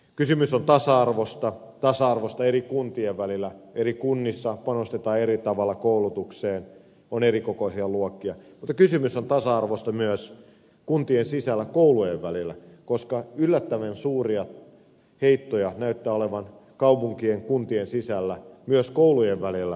kysymys on tasa arvosta tasa arvosta eri kuntien välillä eri kunnissa panostetaan eri tavalla koulutukseen on erikokoisia luokkia mutta kysymys on tasa arvosta myös kuntien sisällä koulujen välillä koska yllättävän suuria heittoja näyttää olevan kaupunkien ja kuntien sisällä myös koulujen välillä luokkakoossa